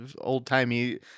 old-timey